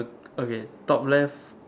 okay top left